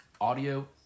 audio